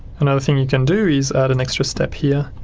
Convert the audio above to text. another thing you can do is add an extra step here